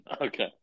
Okay